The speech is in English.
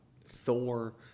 Thor